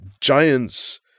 giants